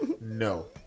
No